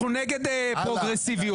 אנחנו נגד פרוגרסיביות,